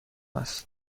است